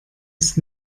ist